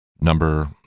number